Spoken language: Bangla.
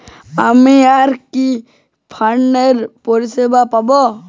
আমি আর কি কি ফিনান্সসিয়াল পরিষেবা পাব?